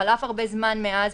שחלף הרבה זמן מאז,